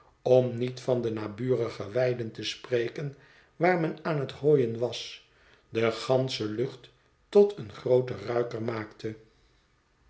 om niet van de naburige weiden te spreken waar men aan het hooien was de gansche lucht tot een grooten ruiker maakte